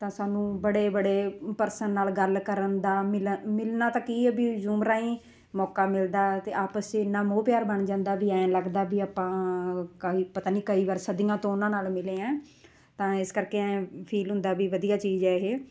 ਤਾਂ ਸਾਨੂੰ ਬੜੇ ਬੜੇ ਪਰਸਨ ਨਾਲ ਗੱਲ ਕਰਨ ਦਾ ਮਿਲਣ ਮਿਲਣਾ ਤਾਂ ਕੀ ਹੈ ਵੀ ਜ਼ੂਮ ਰਾਹੀਂ ਮੌਕਾ ਮਿਲਦਾ ਅਤੇ ਆਪਸ 'ਚ ਇੰਨਾ ਮੋਹ ਪਿਆਰ ਬਣ ਜਾਂਦਾ ਵੀ ਐਂ ਲੱਗਦਾ ਵੀ ਆਪਾਂ ਕੱਲ ਪਤਾ ਨਹੀਂ ਕਈ ਵਾਰ ਸਦੀਆਂ ਤੋਂ ਉਹਨਾਂ ਨਾਲ ਮਿਲੇ ਹਾਂ ਤਾਂ ਇਸ ਕਰਕੇ ਫੀਲ ਹੁੰਦਾ ਵੀ ਵਧੀਆ ਚੀਜ਼ ਹੈ ਇਹ